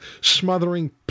smothering